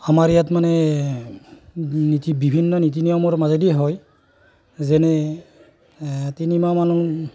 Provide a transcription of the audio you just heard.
আমাৰ ইয়াত মানে নীতি বিভিন্ন নীতি নিয়মৰ মাজেদি হয় যেনে তিনি মাহমান